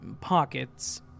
Pockets